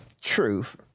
truth